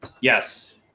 Yes